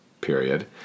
period